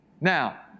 Now